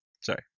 Sorry